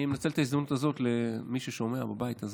אני מנצל את ההזדמנות הזאת למי ששומע בבית הזה: